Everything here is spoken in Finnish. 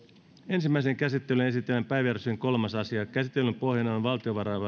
ensimmäiseen käsittelyyn esitellään päiväjärjestyksen kolmas asia käsittelyn pohjana on